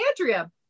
Andrea